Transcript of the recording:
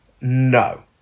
No